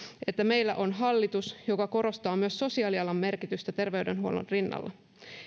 että meillä on hallitus joka korostaa myös sosiaalialan merkitystä terveydenhuollon rinnalla